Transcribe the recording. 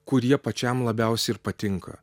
kurie pačiam labiausiai ir patinka